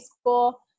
school